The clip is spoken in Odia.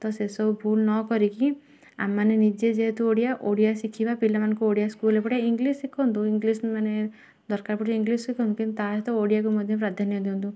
ତ ସେସବୁ ଭୁଲ ନ କରିକି ଆମେମାନେ ନିଜେ ଯେହେତୁ ଓଡ଼ିଆ ଓଡ଼ିଆ ଶିଖିବା ପିଲାମାନଙ୍କୁ ଓଡ଼ିଆ ସ୍କୁଲରେ ପଢ଼ିବା ଇଂଲିଶ ଶିଖନ୍ତୁ ଇଂଲିଶ ମାନେ ଦରକାର ପଡ଼ୁଛି ଇଂଲିଶ ଶିଖନ୍ତୁ କିନ୍ତୁ ତା ସହିତ ଓଡ଼ିଆକୁ ମଧ୍ୟ ପ୍ରାଧାନ୍ୟ ଦିଅନ୍ତୁ